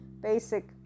basic